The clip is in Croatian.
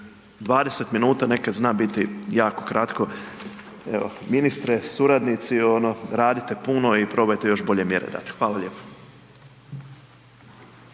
minuta nekad zna biti jako kratko, evo ministre, suradnici, ono radite puno i probajte još bolje mjere dati. Hvala lijepo.